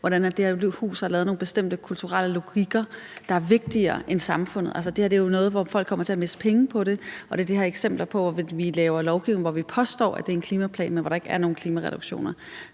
hvordan man i det her hus har skabt nogle bestemte kulturelle logikker, der er vigtigere end samfundet. Altså, det her er jo noget, folk kommer til at miste penge på, og det her er eksempler på, at vi laver lovgivning, som vi påstår er en klimaplan, men hvor der ikke er nogen klimareduktioner.